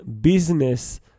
business